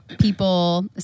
people